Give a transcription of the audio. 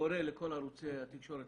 קורא לכל ערוצי התקשורת